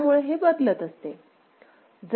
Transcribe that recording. त्यामुळे हे बदलत असते